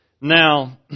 Now